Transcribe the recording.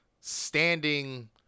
standing